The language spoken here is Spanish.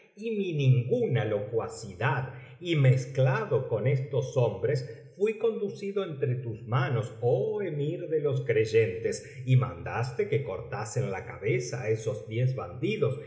y mi ninguna locuacidad y mezclado con estos hombres fui conducido entre tus manos oh emir de los creyentes y mandaste que cortasen la cabeza á esos diez bandidos